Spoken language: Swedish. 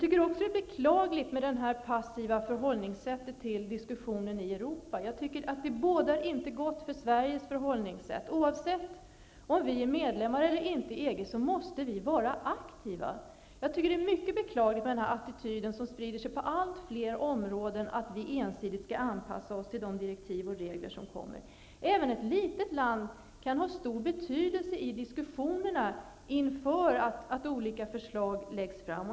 Det är beklagligt med det passiva förhållningssättet till diskussionen i Europa. Det bådar inte gott för Sveriges förhållningssätt. Oavsett om vi är medlemmar eller inte i EG måste vi vara aktiva. Jag tycker att det är beklagligt med den här attityden, som sprider sig över allt fler områden, att vi ensidigt skall anpassa oss till de direktiv och regler som kommer. Även ett litet land kan ha stor betydelse i diskussionerna inför att olika förslag läggs fram.